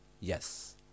yes